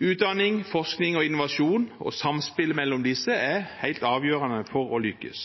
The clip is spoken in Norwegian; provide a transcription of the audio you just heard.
Utdanning, forskning og innovasjon, og samspillet mellom disse, er helt avgjørende for å lykkes.